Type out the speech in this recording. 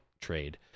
trade